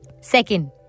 Second